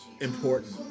important